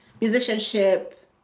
Musicianship